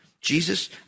Jesus